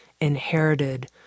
inherited